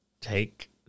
take